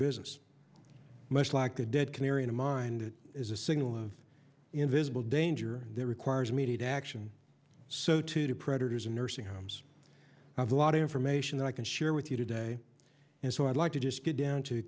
business much like a dead canary in a mind it is a signal of invisible danger that requires immediate action so too the predators in nursing homes have a lot of information that i can share with you today and so i'd like to just get down to